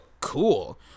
cool